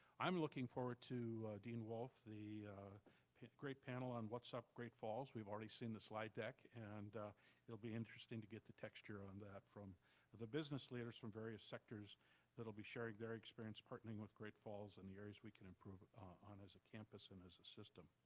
i'm looking forward to dean wolff, the great panel on what's up great falls. we've already seen the slide deck and it'll be interesting to get the texture on that from the the business leaders from various sectors that'll be sharing their experience partnering with great falls and the areas we can improve on as a campus and as a system.